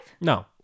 No